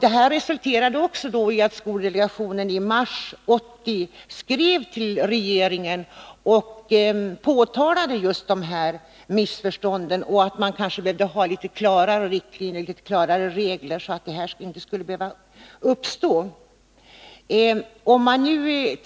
Detta medförde att skoldelegationen i mars 1980 skrev till regeringen och påtalade just dessa missförstånd samt framhöll att det kanske behövdes litet klarare riktlinjer och regler så att sådana här missförstånd inte skulle behöva uppstå.